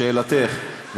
לשאלתך,